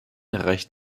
reicht